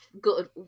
good